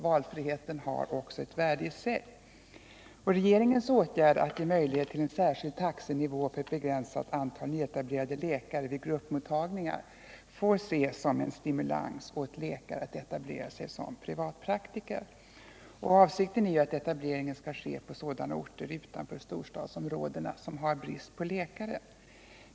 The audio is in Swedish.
Valfriheten har också ett värde i sig. Regeringens åtgärd att ge möjlighet till en särskild taxenivå för ett begränsat antal nyetablerade läkare vid gruppmottagningar får ses som en stimulans åt läkare att etablera sig som privatpraktiker. Avsikten är att etableringen skall ske på sådana orter utanför storstadsområdena som har brist på läkare.